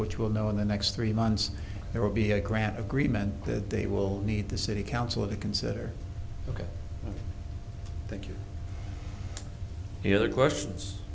which will know in the next three months there will be a grant agreement that they will need the city council the consider ok thank you the other questions